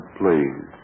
please